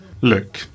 Look